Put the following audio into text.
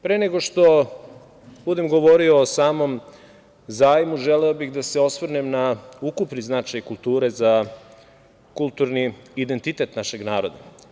Pre nego što budem govorio o samom zajmu, želeo bih da se osvrnem na ukupni značaj kulture za kulturni identitet našeg naroda.